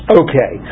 okay